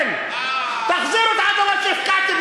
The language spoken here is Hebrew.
אני רוצה, תחזירו את האדמות שהפקעתם.